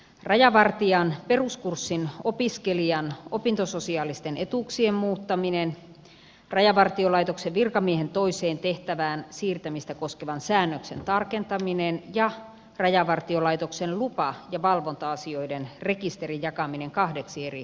rajavartijan peruskurssin opiskelijan opintososiaalisten etuuksien muuttaminen rajavartiolaitoksen virkamiehen toiseen tehtävään siirtämistä koskevan säännöksen tarkentaminen ja rajavartiolaitoksen lupa ja valvonta asioiden rekisterin jakaminen kahdeksi eri rekisteriksi